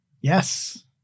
Yes